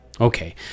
Okay